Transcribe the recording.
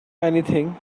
anything